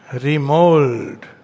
remold